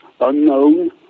unknown